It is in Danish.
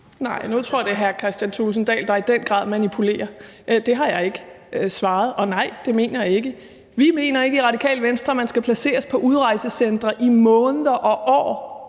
Nej, nu tror jeg, det er hr. Kristian Thulesen Dahl, der i den grad manipulerer. Det har jeg ikke svaret, og nej, det mener jeg heller ikke. Vi mener ikke i Radikale Venstre, at man skal placeres på et udrejsecenter i måneder og år,